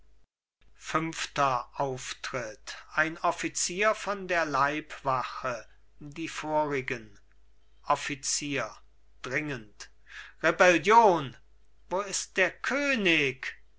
fünfter auftritt ein offizier von der leibwache die vorigen offizier dringend rebellion wo ist der könig